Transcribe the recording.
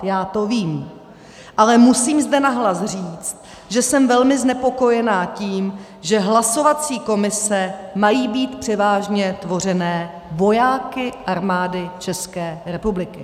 Já to vím, ale musím zde nahlas říct, že jsem velmi znepokojená tím, že hlasovací komise mají být převážně tvořené vojáky Armády České republiky.